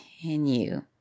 continue